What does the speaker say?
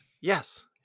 Yes